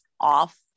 off